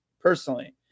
Personally